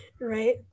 Right